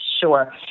Sure